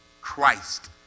Christ